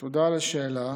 תודה על השאלה.